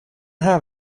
här